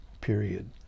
period